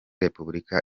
repubulika